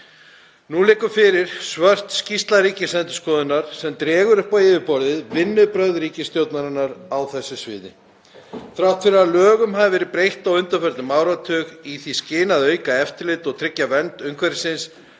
Nú liggur fyrir svört skýrsla Ríkisendurskoðunar sem dregur upp á yfirborðið vinnubrögð ríkisstjórnarinnar á þessu sviði. Þrátt fyrir að lögum hafi verið breytt á undanförnum áratug í því skyni að auka eftirlit og tryggja vernd umhverfisins,